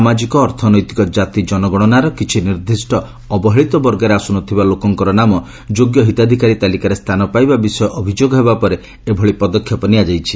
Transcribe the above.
ସାମାଜିକ ଅର୍ଥନୈତିକ ଜାତି ଜନଗଣନାର କିଛି ନିର୍ଦ୍ଦିଷ୍ଟ ଅବହେଳିତ ବର୍ଗରେ ଆସୁନଥିବା ଲୋକଙ୍କର ନାମ ଯୋଗ୍ୟ ହିତାଧିକାରୀ ତାଲିକାରେ ସ୍ଥାନ ପାଇବା ବିଷୟ ଅଭିଯୋଗ ହେବା ପରେ ଏଭଳି ପଦକ୍ଷେପ ନିଆଯାଇଛି